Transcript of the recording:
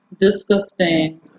disgusting